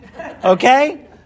okay